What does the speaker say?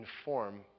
inform